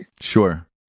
Sure